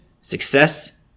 success